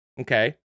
Okay